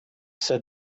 said